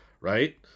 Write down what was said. right